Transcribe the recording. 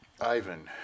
Ivan